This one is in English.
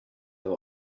i’ve